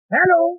Hello